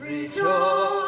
Rejoice